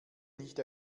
nicht